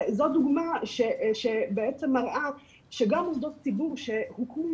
זאת דוגמא שבעצם מראה שגם מוסדות ציבור שהוקמו